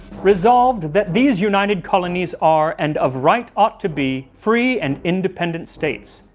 resolved that these united colonies are, and of right ought to be, free and independent states,